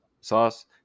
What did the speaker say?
Sauce